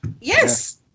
Yes